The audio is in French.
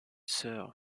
sœur